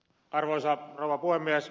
arvoisa rouva puhemies